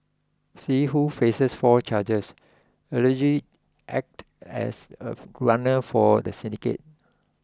see who faces four charges allegedly acted as a runner for the syndicate